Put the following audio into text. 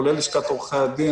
כולל לשכת עורכי הדין,